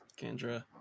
Kendra